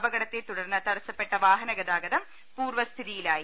അപകടത്തെ തുടർന്ന തടസ്സപ്പെട്ട വാഹനഗതാഗതം പൂർവ്വസ്ഥിതിയിലായി